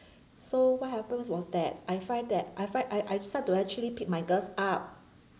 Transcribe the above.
so what happened was that I find that I find I I start to actually pick my girls up